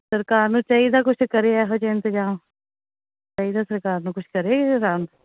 ਸਰਕਾਰ ਨੂੰ ਚਾਹੀਦਾ ਕੁਛ ਕਰੇ ਇਹੋ ਜਿਹਾ ਇੰਤਜਾਮ ਚਾਹੀਦਾ ਸਰਕਾਰ ਨੂੰ ਕੁਛ ਕਰੇ ਰਾਮ